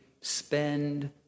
spend